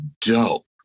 dope